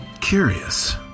Curious